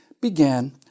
began